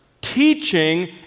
teaching